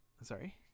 Sorry